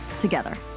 together